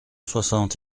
soixante